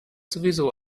sowieso